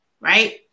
right